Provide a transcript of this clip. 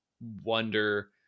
wonder